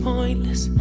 Pointless